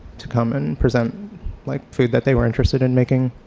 to come and present like food that they were interested in making.